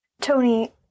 Tony